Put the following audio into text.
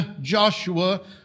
joshua